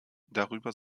darüber